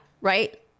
Right